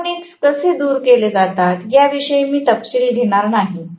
harmonics कसे दूर केले जातात याविषयी मी तपशील घेणार नाही